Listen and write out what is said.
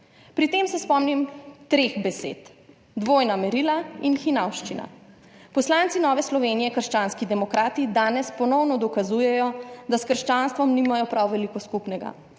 Pri tem se spomnim treh besed – dvojna merila in hinavščina. Poslanci Nove Slovenije – krščanskih demokratov danes ponovno dokazujejo, da s krščanstvom nimajo prav veliko skupnega.